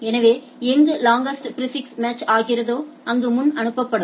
எனவே எங்கு longest prefix match ஆகிறதோ அங்கு முன் அனுப்பப்படும்